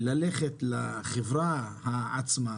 לפעמים ללכת לחברה עצמה,